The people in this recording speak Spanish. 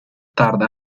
tarda